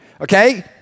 Okay